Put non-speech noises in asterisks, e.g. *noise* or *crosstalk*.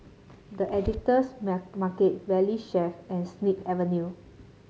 The Editor's *unintelligible* Market Valley Chef and Snip Avenue